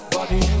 Body